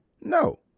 No